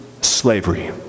slavery